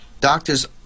Doctors